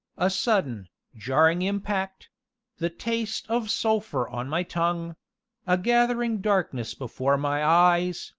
a sudden, jarring impact the taste of sulphur on my tongue a gathering darkness before my eyes,